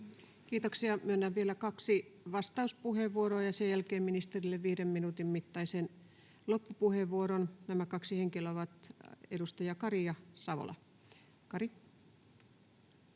Kiitoksia. — Myönnän vielä kaksi vastauspuheenvuoroa ja sen jälkeen ministerille viiden minuutin mittaisen loppupuheenvuoron. Nämä kaksi henkilöä ovat edustajat Kari ja Savola. — Kari.